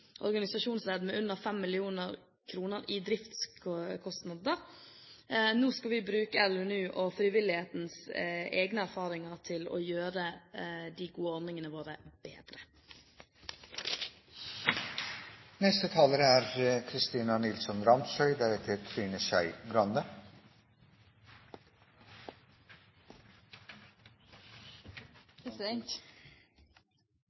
organisasjonsledd med under 5 mill. kr i driftskostnader. Nå skal vi bruke LNU og frivillighetens egne erfaringer til å gjøre de gode ordningene våre bedre. Frivillig sektor er